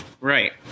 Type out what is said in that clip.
right